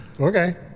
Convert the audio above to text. okay